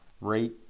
rate